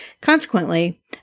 Consequently